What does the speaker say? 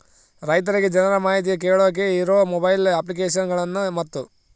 ರೈತರಿಗೆ ಏನರ ಮಾಹಿತಿ ಕೇಳೋಕೆ ಇರೋ ಮೊಬೈಲ್ ಅಪ್ಲಿಕೇಶನ್ ಗಳನ್ನು ಮತ್ತು?